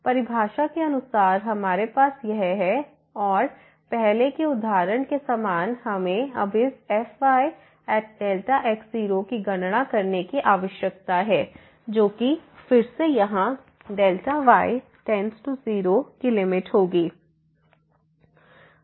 परिभाषा के अनुसार हमारे पास यह है 2f∂x∂yfy∂xfyΔx0 fy00Δx और पहले के उदाहरण के समान हमें अब इस fyΔx0 की गणना करने की आवश्यकता है जो कि फिर से यहाँ Δy→0 की लिमिट होगी